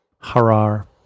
Harar